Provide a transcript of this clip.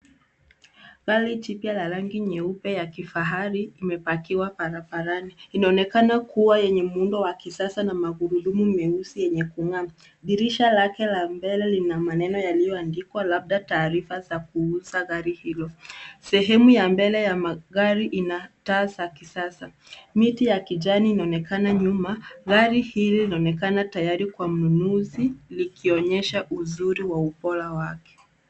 Gari jipya la rangi nyeupe ya kifahari imepakiwa barabarani. Inaonekana kuwa yenye muundo wa kisasa na magurudumu meusi yenye kung'aa. Dirisha lake la mbele lina maneno yalio andikwa labda taarifa za kuuza gari hilo. Sehemu ya mbele ya magari inataa za kisasa. Miti ya kijani inaonekana nyuma. Gari hili inaonekana tayari kwa mnunuzi likionyesha uzuri wa upole wake.